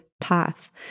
path